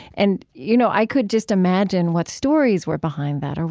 and you know i could just imagine what stories were behind that.